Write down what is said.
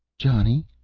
johnny.